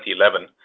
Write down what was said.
2011